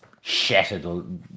shattered